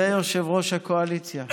ויושב-ראש הקואליציה.